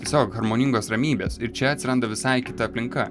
savo harmoningos ramybės ir čia atsiranda visai kita aplinka